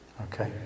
okay